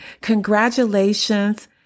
Congratulations